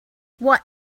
what